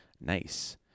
Nice